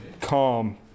calm